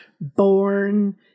born